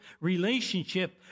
relationship